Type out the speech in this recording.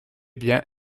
bien